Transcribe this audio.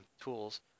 tools